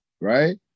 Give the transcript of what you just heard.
right